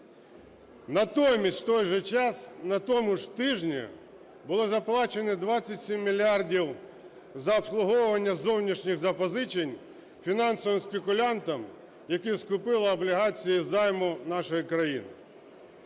Натомість в той же час, на тому ж тижні були заплачені 27 мільярдів за обслуговування зовнішніх запозичень фінансовим спекулянтам, які скупили облігації займу нашої країни.